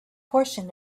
portion